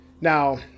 Now